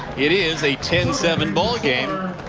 it is a ten seven ball game.